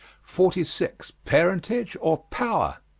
forty six. parentage or power?